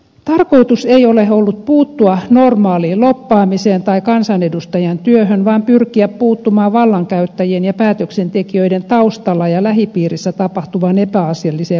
tarkoitus ei ole ollut puuttua normaaliin lobbaamiseen tai kansanedustajan työhön vaan pyrkiä puuttumaan vallankäyttäjien ja päätöksentekijöiden taustalla ja lähipiirissä tapahtuvaan epäasialliseen vaikuttamiseen